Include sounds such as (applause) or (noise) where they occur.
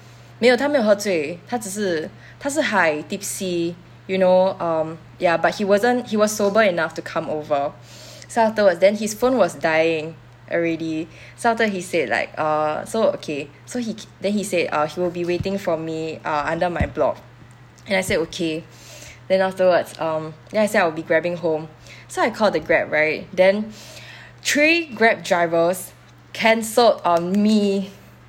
没有他没有喝醉他只是他是 high tipsy you know um ya but he wasn't he was sober enough to come over so afterwards then his phone was dying already so after he said like err so okay so he (noise) then he said uh he will be waiting for me uh under my block and I said okay then afterwards um then I say I will be grabbing home so I called the grab right (breath) three grab drivers cancelled on me (noise)